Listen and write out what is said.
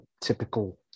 typical